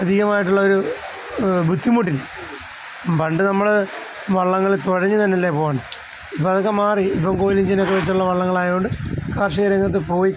അധികമായിട്ടുള്ളൊരു ബുദ്ധിമുട്ടില്ല പണ്ട് നമ്മൾ വള്ളങ്ങളിൽ തുഴഞ്ഞ് തന്നെ അല്ലേ പോവേണ്ടത് ഇപ്പം അതൊക്കെ മാറി ഇപ്പം കുഴൽ എൻജിൻ ഒക്കെ വച്ചുള്ള വള്ളങ്ങൾ ആയതുകൊണ്ട് കാർഷികരംഗത്ത് പോയി